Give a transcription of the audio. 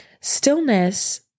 stillness